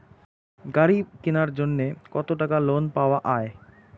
গাড়ি কিনার জন্যে কতো টাকা লোন পাওয়া য়ায়?